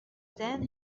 then